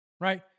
Right